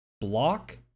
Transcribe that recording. block